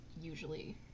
usually